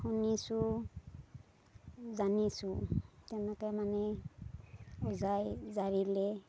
শুনিছোঁ জানিছোঁ তেনেকে মানে ওজাই জাৰিলে